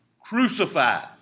crucified